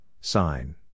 sign